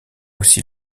aussi